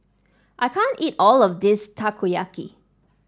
I can't eat all of this Takoyaki